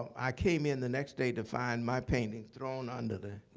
i came in the next day to find my painting thrown under the